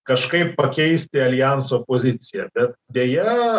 kažkaip pakeisti aljanso poziciją bet deja